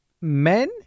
Men